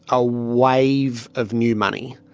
a wave of new money,